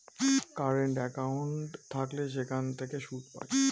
current account থাকলে সেখান থেকে সুদ পায়